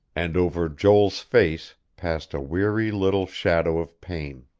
and over joel's face passed a weary little shadow of pain.